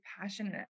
passionate